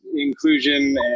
inclusion